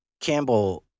Campbell